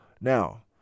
Now